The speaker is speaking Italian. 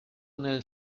nel